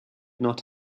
not